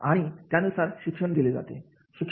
आणि त्यानुसार शिक्षण दिले जाते